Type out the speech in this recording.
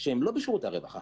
שהם לא בשירותי הרווחה